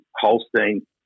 Holstein